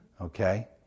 okay